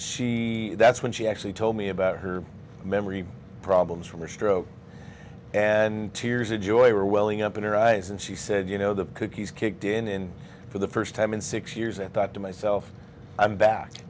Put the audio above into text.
she that's when she actually told me about her memory problems from her stroke and tears of joy are welling up in her eyes and she said you know the cookies kicked in for the first time in six years and thought to myself i'm back